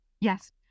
Yes